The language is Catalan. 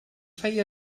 feia